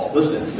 listen